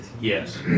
yes